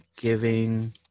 giving